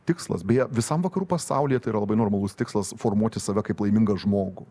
tikslas beje visam vakarų pasauly tai yra labai normalus tikslas formuoti save kaip laimingą žmogų